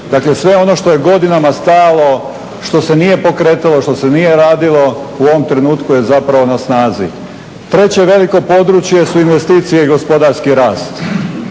dakle sve ono što je godinama stajalo što se nije pokretalo, što se nije radilo u ovom trenutku je zapravo na snazi. Treće veliko područje su investicije i gospodarski rast.